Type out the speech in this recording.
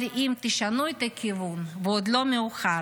אבל אם לא תשנו את הכיוון, ועוד לא מאוחר,